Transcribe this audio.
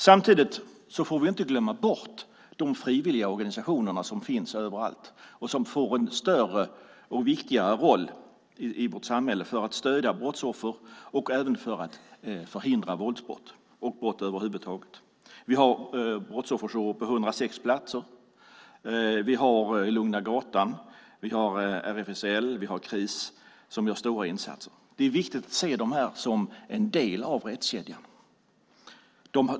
Samtidigt får vi inte glömma bort de frivilliga organisationer som finns över allt och som får en större och viktigare roll i vårt samhälle för att stödja brottsoffer och även för att förhindra våldsbrott och brott över huvud taget. Det finns brottsofferjourer på 106 platser. Lugna Gatan, RFSL och Kris gör stora insatser. Det är viktigt att se dem som en del av rättskedjan.